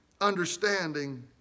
understanding